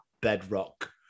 bedrock